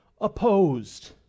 opposed